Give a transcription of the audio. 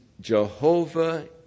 Jehovah